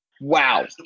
Wow